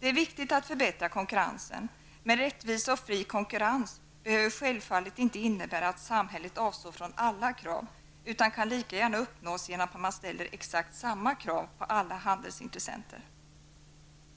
Det är viktigt att förbättra konkurrensen, men rättvisa och fri konkurrens behöver självfallet inte innebära att samhället avstår från alla krav utan kan lika gärna uppnås genom att man ställer exakt samma krav på alla handelsintressenter.